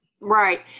Right